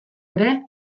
ere